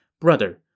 Brother